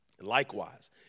Likewise